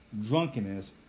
drunkenness